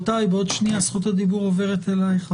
רשות הדיבור תעבור אליך,